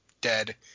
dead